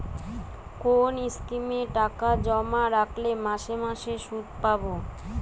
কোন স্কিমে টাকা জমা রাখলে মাসে মাসে সুদ পাব?